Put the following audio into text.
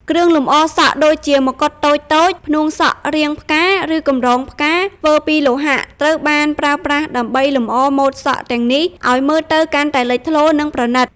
គ្រឿងលម្អសក់ដូចជា ម្កុដតូចៗ ផ្នួងសក់រាងផ្កា ឬកម្រងផ្កាធ្វើពីលោហៈ ត្រូវបានប្រើប្រាស់ដើម្បីលម្អម៉ូដសក់ទាំងនេះ ឱ្យមើលទៅកាន់តែលេចធ្លោ និងប្រណីត។